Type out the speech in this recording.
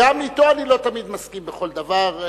גם אתו אני לא תמיד מסכים בכל דבר,